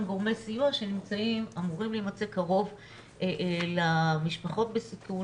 גורמי סיוע שאמורים להימצא קרוב למשפחות בסיכון,